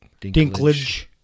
Dinklage